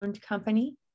company